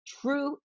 true